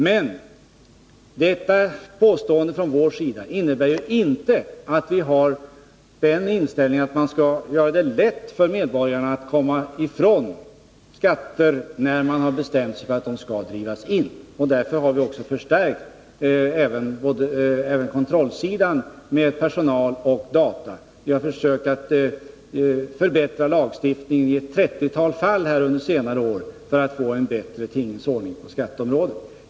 Men vårt påstående på den punkten innebär inte att vi har den inställningen att man skall göra det lätt för medborgarna att komma ifrån skatter som statsmakterna har bestämt sig för att driva in. Därför har vi också förstärkt även kontrollsidan med personal och dataresurser. Vi har försökt att förbättra lagstiftningen i ett trettiotal fall under senare år för att få till stånd en bättre tingens ordning på skatteområdet.